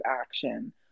action